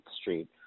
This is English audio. Street